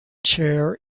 chair